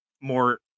more